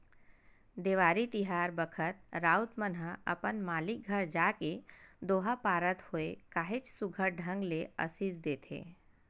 देवारी तिहार बखत राउत मन ह अपन मालिक घर जाके दोहा पारत होय काहेच सुग्घर ढंग ले असीस देथे